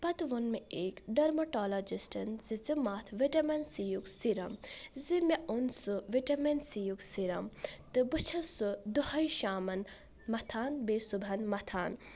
پتہٕ ووٚن مےٚ أکۍ ڈٔرمٕٹالاجِسٹن زِ ژٕ متھ وِٹیمن سی یُک سِرم زِ مےٚ اوٚن سُہ وِٹمَن سی یُک سِرم تہٕ بہٕ چھُس سُہ دۄہے شامن متھان بیٚیہِ صبحَن متھان